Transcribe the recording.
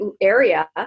area